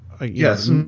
yes